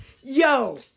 Yo